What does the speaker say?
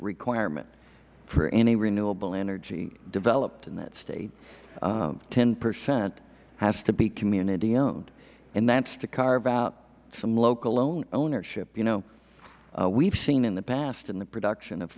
requirement for any renewable energy developed in that state ten percent has to be community owned and that's to carve out some local ownership you know we've seen in the past in the production of